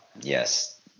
yes